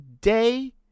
day